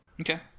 Okay